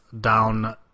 down